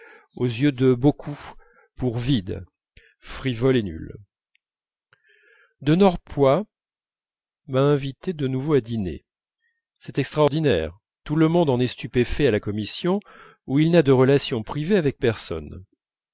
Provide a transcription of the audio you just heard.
aux yeux de beaucoup pour vide frivole et nulle de norpois m'a invité de nouveau à dîner c'est extraordinaire tout le monde en est stupéfait à la commission où il n'a de relations privées avec personne